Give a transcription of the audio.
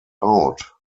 out